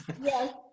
yes